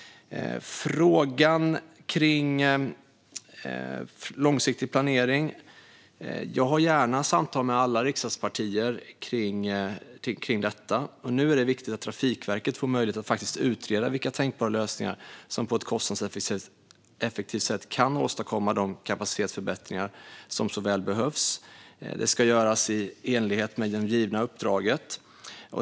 När det gäller långsiktig planering har jag gärna samtal med alla riksdagspartier om detta. Nu är det viktigt att Trafikverket får möjlighet att utreda vilka tänkbara lösningar som på ett kostnadseffektivt sätt kan åstadkomma de kapacitetsförbättringar som så väl behövs. Det ska göras i enlighet med det givna uppdraget.